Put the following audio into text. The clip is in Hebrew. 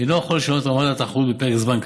אינו יכול לשנות את רמת התחרות בפרק זמן קצר.